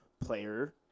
player